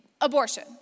abortion